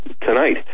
tonight